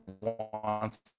wants